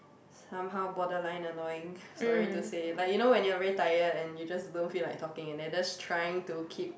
somehow borderline annoying sorry to say like you know when you are very tired and you just don't feel like talking and then they just trying to keep